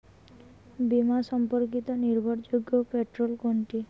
বীমা সম্পর্কিত নির্ভরযোগ্য পোর্টাল কোনটি?